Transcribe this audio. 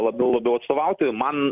labiau labiau atstovauti man